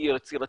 היא יצירתית,